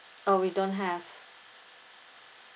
oh we don't have